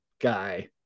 guy